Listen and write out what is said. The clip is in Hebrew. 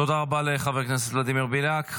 תודה רבה לחבר הכנסת ולדימיר בליאק.